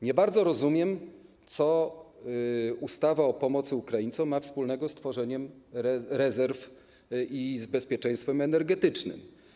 Nie bardzo rozumiem, co ustawa o pomocy Ukraińcom ma wspólnego z tworzeniem rezerw i z bezpieczeństwem energetycznym.